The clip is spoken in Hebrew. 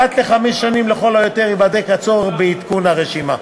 אחת לחמש שנים לכל היותר ייבדק הצורך בעדכון הרשימה.